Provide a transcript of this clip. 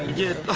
did